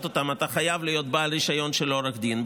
אותן אתה חייב להיות בעל רישיון של עורך דין,